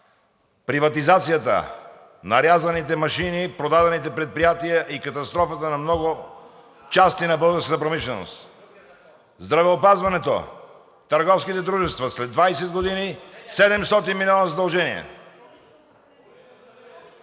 приватизацията – нарязаните машини, продадените предприятия и катастрофата на много части на българската промишленост; здравеопазването – търговските дружества, след 20 години – 700 милиона задължения.